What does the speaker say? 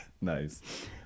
nice